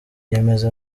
yanenze